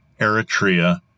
Eritrea